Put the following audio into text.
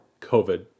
COVID